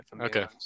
okay